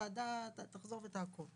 הוועדה תחזור ותעקוב.